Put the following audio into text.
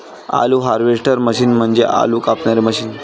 आलू harvester machine म्हणजे आलू कापणारी मशीन